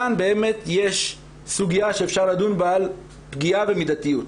כאן באמת יש סוגיה שאפשר לדון בה על פגיעה במידתיות,